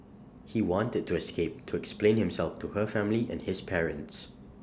he wanted to escape to explain himself to her family and his parents